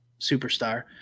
superstar